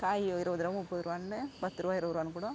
காய் இருவதுரூபா முப்பதுரூபான்னு பத்துரூபா இருவதுரூபான்னு கூடம்